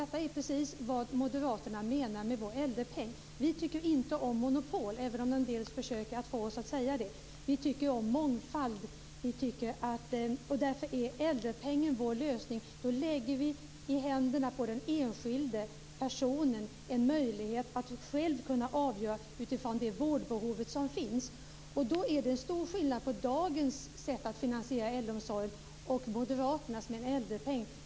Detta är precis vad vi moderater menar med vår äldrepeng. Vi tycker inte om monopol, även om en del försöker få oss att säga det. Vi tycker om mångfald. Därför är äldrepengen vår lösning. Då lägger vi i händerna på den enskilde personen en möjlighet att själv avgöra utifrån det vårdbehov som finns. Det är stor skillnad på dagens sätt att finansiera äldreomsorgen och moderaternas äldrepeng.